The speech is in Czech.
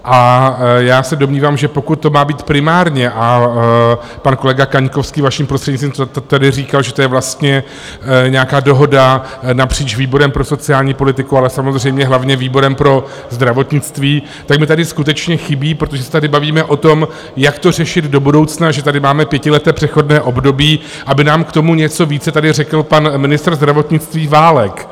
A já se domnívám, že pokud to má být primárně a pan kolega Kaňkovský, vaším prostřednictvím, to tady říkal, že to je vlastně nějaká dohoda napříč výborem pro sociální politiku, ale samozřejmě hlavně výborem pro zdravotnictví, tak mi tady skutečně chybí, protože se tady bavíme o tom, jak to řešit do budoucna, že tady máme pětileté přechodné období, aby nám k tomu něco více tady řekl pan ministr zdravotnictví Válek.